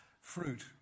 fruit